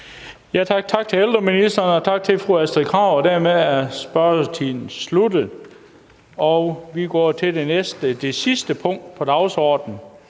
Tak til ministeren, og tak til fru Astrid Krag. Dermed er spørgetiden sluttet. --- Det sidste punkt på dagsordenen